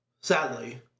sadly